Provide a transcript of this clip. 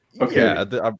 Okay